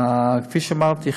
כפי שאמרתי,